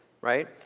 right